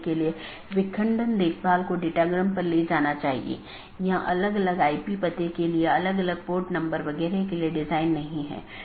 यह feature BGP साथियों को एक ही विज्ञापन में कई सन्निहित रूटिंग प्रविष्टियों को समेकित करने की अनुमति देता है और यह BGP की स्केलेबिलिटी को बड़े नेटवर्क तक बढ़ाता है